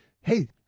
hey